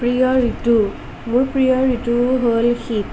প্ৰিয় ঋতু মোৰ প্ৰিয় ঋতু হ'ল শীত